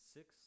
Six